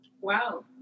wow